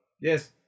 Yes